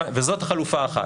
וזאת החלופה האחת.